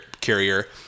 carrier